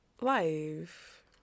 life